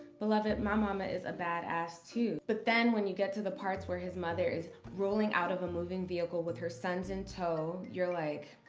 beloved, my mama is a badass too. but then when you get to the parts where his mother is rolling out of a moving vehicle with her sons in tow you're like,